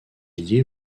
lié